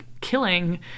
killing